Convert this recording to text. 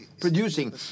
producing